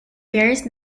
various